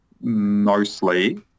mostly